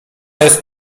jest